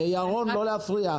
ירון, לא להפריע.